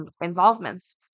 involvements